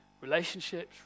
relationships